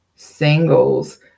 singles